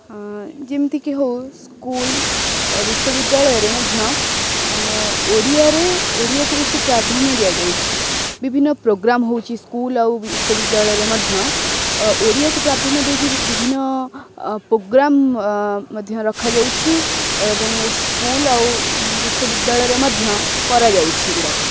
ଯେମିତିକି ହଉ ସ୍କୁଲ୍ ବିଶ୍ୱବିଦ୍ୟାଳୟରେ ମଧ୍ୟ ଓଡ଼ିଆରେ ଓଡ଼ିଆକୁ ବେଶୀ ପ୍ରାଧାନ୍ୟ ଦିଆଯାଉଛି ବିଭିନ୍ନ ପ୍ରୋଗ୍ରାମ୍ ହେଉଛି ସ୍କୁଲ୍ ଆଉ ବିଶ୍ୱବିଦ୍ୟାଳୟରେ ମଧ୍ୟ ଓଡ଼ିଆକୁ ପ୍ରାଧାନ୍ୟ ବିଭିନ୍ନ ପ୍ରୋଗ୍ରାମ୍ ମଧ୍ୟ ରଖାଯାଉଛି ଏବଂ ସ୍କୁଲ୍ ଆଉ ବିଶ୍ୱବିଦ୍ୟାଳୟରେ ମଧ୍ୟ କରାଯାଉଛି ଏଗୁଡ଼ାକ